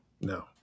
no